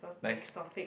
nice